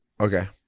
Okay